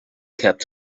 kept